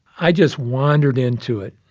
i just wandered into it.